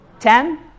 Ten